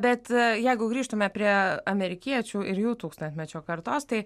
bet jeigu grįžtume prie amerikiečių ir jų tūkstantmečio kartos tai